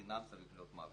דינם צריך להיות מוות.